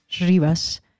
Rivas